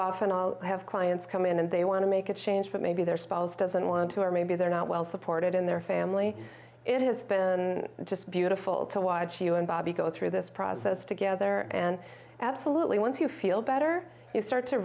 often i have clients come in and they want to make a change that maybe their spouse doesn't want to or maybe they're not well supported in their family it is just beautiful to watch you and bobby go through this process together and absolutely once you feel better it start to